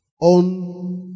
on